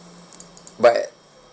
but